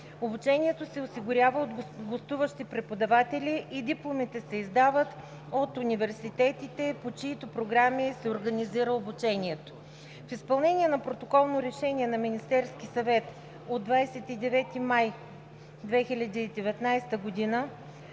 Обучението се осигурява от гостуващи преподаватели и дипломите се издават от университетите, по чиито програми се организира обучение. В изпълнение на Протоколно решение на Министерския съвет от 29 май 2019 г.,